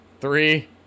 Three